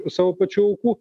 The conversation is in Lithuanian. savo pačių aukų